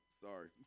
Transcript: sorry